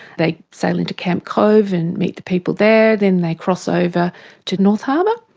they sail into camp cove and meet the people there, then they cross over to north harbour.